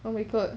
oh my god